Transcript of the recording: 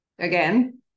again